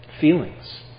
Feelings